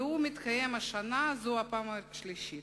והוא מתקיים השנה זו הפעם השלישית.